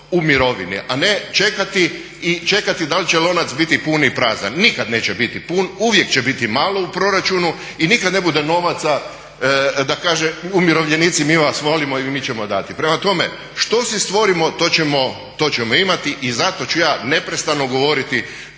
u mirovini a ne čekati i čekati da li će lonac biti pun ili prazan. Nikad neće biti pun, uvijek će biti malo u proračunu i nikad ne bude novaca da kaže umirovljenici mi vas volimo i mi ćemo dati. Prema tome, što si stvorimo to ćemo imati i zato ću ja neprestano govoriti